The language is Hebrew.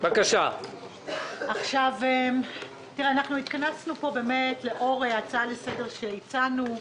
אנחנו התכנסנו פה לאור הצעה לסדר שהנחנו.